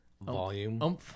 volume